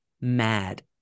mad